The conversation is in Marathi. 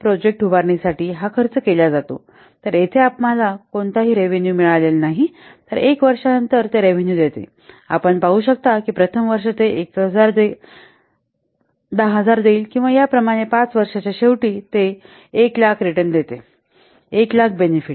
प्रोजेक्ट उभारणीसाठी हा खर्च केला जातो तर येथे आम्हाला कोणताही रेव्हेनू मिळालेला नाही तर 1 वर्षनंतर ते रेव्हेनू देते आणि आपण पाहू शकता की प्रथम वर्ष ते 10000 देईल किंवा या प्रमाणे 5 व्या वर्षाच्या शेवटी ते 100000 रिटर्न देते 100000 बेनेफिट